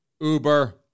Uber